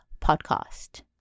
Podcast